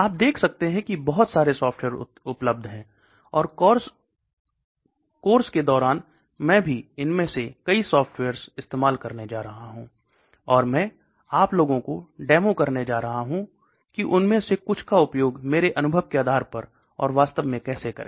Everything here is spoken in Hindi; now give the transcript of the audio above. आप देख सकते है की बहुत सारे सॉफ्टवेयर्स उपलब्ध हैं और कोर्स के दौरान मैं भी इनमें से कई सॉफ्टवेयर्स इस्तेमाल करने जा रहा हूं और मैं आप लोगों को डेमो करने जा रहा हूं कि उनमें से कुछ का उपयोग मेरे अनुभव के आधार पर और वास्तव में कैसे करें